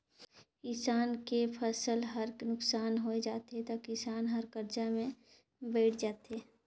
किसान के फसल हर नुकसान होय जाथे त किसान हर करजा में बइड़ जाथे